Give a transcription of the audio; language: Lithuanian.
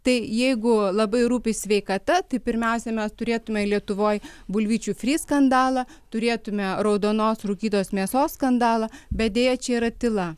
tai jeigu labai rūpi sveikata tai pirmiausia mes turėtume lietuvoj bulvyčių fri skandalą turėtume raudonos rūkytos mėsos skandalą bet deja čia yra tyla